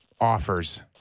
offers